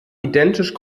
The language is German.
identisch